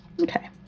Okay